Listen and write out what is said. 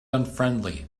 unfriendly